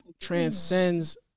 transcends